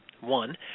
one